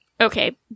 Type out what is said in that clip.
okay